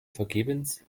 vergebens